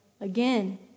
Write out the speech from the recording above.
again